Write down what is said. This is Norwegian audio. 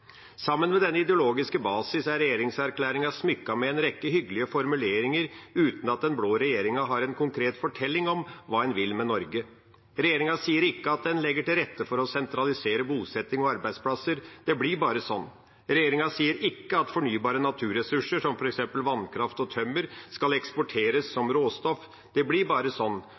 Sammen med denne ideologiske basisen er regjeringserklæringen smykket med en rekke hyggelige formuleringer, uten at den blå regjeringa har en konkret fortelling om hva en vil med Norge. Regjeringa sier ikke at den legger til rette for å sentralisere bosetting og arbeidsplasser – det blir bare sånn. Regjeringa sier ikke at fornybare naturressurser, som f.eks. vannkraft og tømmer, skal eksporteres som råstoff – det blir bare sånn.